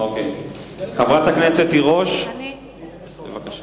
חברת הכנסת תירוש, בבקשה.